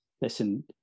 listen